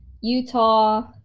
Utah